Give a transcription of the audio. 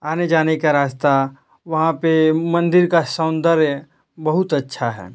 आने जाने का रास्ता वहाँ पर मंदिर का सौंदर्य बहुत अच्छा है